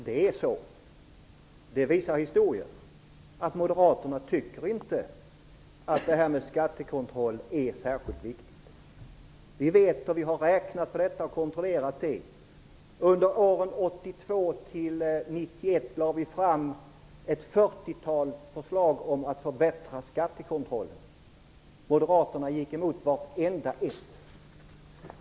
Herr talman! Det är så. Historien visar att Moderaterna inte tycker att det här med skattekontroll är särskilt viktigt. Det vet vi, därför att vi har räknat på detta. Under åren 1982-1991 lade vi fram ett fyrtiotal förslag om att man skulle förbättra skattekontrollen. Moderaterna gick emot vartenda ett.